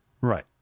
Right